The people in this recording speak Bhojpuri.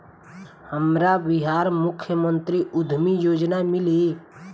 हमरा बिहार मुख्यमंत्री उद्यमी योजना मिली?